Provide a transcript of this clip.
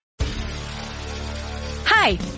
Hi